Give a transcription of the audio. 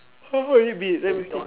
so how have you been everything